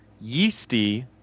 Yeasty